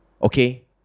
okay